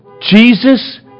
Jesus